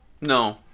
No